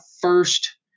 first